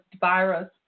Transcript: virus